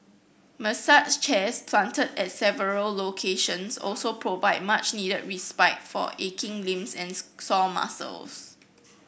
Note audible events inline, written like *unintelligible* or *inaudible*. massage chairs planted at several locations also provide much needed respite for aching limbs and *unintelligible* sore muscles